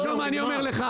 תרשום מה אני אומר לך,